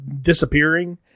disappearing